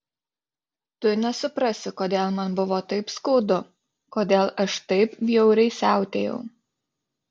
tu nesuprasi kodėl man buvo taip skaudu kodėl aš taip bjauriai siautėjau